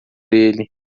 ele